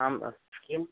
आम् किं